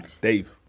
Dave